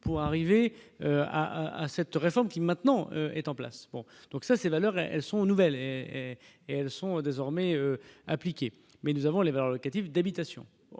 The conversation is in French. pour arriver à cette réforme, qui maintenant est en place, bon, donc ça c'est valeurs, elles sont nouvelles, mais elles sont désormais mais nous avons les valeurs locatives d'habitation,